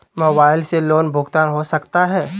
Mobile से loan भुगतान हो सकता है?